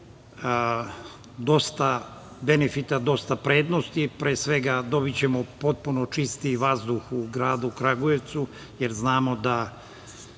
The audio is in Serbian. dosta benefita, dosta prednosti. Pre svega dobićemo potpuno čisti vazduh u gradu Kragujevcu, jer znamo da